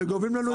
זה משאב.